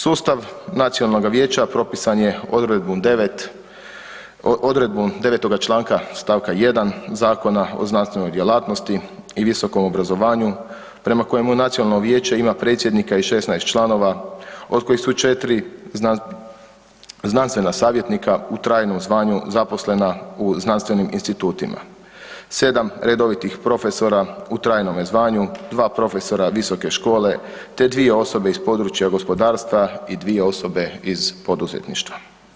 Sustav nacionalnoga vijeća propisan je odredbom 9., odredbom 9.-toga članka stavka 1. Zakona o znanstvenoj djelatnosti i visokom obrazovanju prema kojemu nacionalno vijeće ima predsjednika i 16 članova od kojih su 4 znanstvena savjetnika u trajnom zvanju zaposlena u znanstvenim institutima, 7 redovitih profesora u trajnome zvanju, 2 profesora visoke škole te 2 osobe iz područja gospodarstva i 2 osobe iz poduzetništva.